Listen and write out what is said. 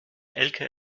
elke